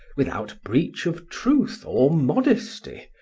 without breach of truth or modesty,